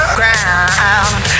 ground